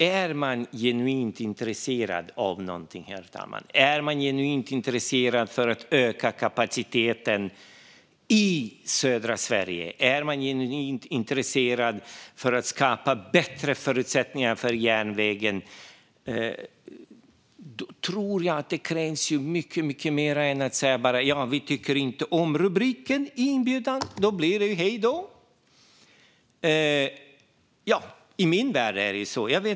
Om man är genuint intresserad av någonting, herr talman - om man är genuint intresserad av att öka kapaciteten i södra Sverige och om man är genuint intresserad av att skapa bättre förutsättningar för järnvägen - tror jag att det krävs mycket mer än att bara säga: Vi tycker inte om rubriken i inbjudan, så det blir hej då! I min värld är det i alla fall så.